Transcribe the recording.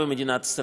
של מדינת ישראל,